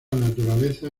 naturaleza